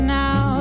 now